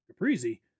Caprizi